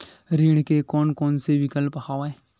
ऋण के कोन कोन से विकल्प हवय?